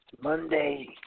Monday